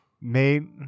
made